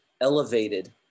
elevated